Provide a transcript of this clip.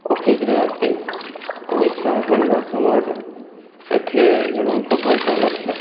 ଅଫିସରେ ଆସି ପଇସା ଗଣିବା ସମୟରେ ସେଥିରେ ଜଣଙ୍କ ପଇସା ନଥିଲା